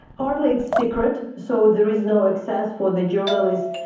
partly, it's secret, so there is no access for the journalist.